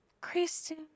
Kristen